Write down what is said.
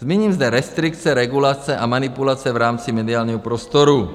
Zmíním zde restrikce, regulace a manipulace v rámci mediálního prostoru.